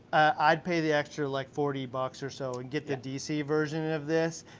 i'd pay the extra like forty bucks or so and get the dc version of this,